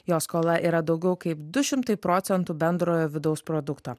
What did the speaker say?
jos skola yra daugiau kaip du šimtai procentų bendrojo vidaus produkto